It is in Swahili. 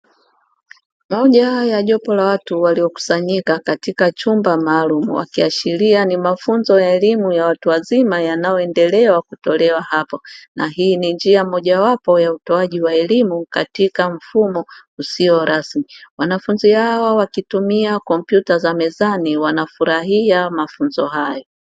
Moja ya jopo la watu waliokusanyika katika chumba maalumu wakiashiria ni mafunzo ya elimu ya watu wazima yanayoendelea kutolewa hapo, na hii ni njia mojawapo ya utoaji wa elimu katika mfumo usio rasmi, wanafunzi hawa wakitumia kompyuta za mezani wanafurahia mafunzo hayo.